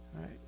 Right